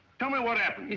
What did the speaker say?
tell me what happened?